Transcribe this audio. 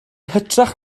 hytrach